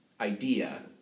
idea